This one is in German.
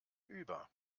über